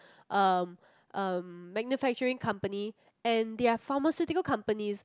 um um manufacturing company and they are pharmaceutical companies